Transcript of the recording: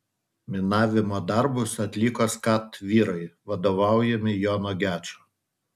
minavimo darbus atliko skat vyrai vadovaujami jono gečo